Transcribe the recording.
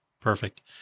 perfect